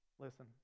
Listen